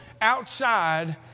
outside